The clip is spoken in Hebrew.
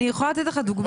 אני יכולה לתת לך דוגמה,